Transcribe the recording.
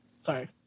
Sorry